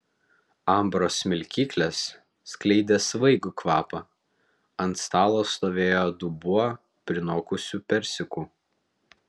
ambros smilkyklės skleidė svaigų kvapą ant stalo stovėjo dubuo prinokusių persikų